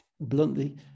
Bluntly